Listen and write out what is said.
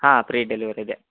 ಹಾಂ pre delivery ಇದೆ